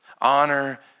Honor